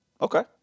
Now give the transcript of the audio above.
Okay